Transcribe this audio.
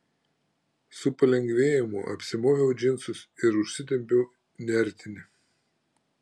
su palengvėjimu apsimoviau džinsus ir užsitempiau nertinį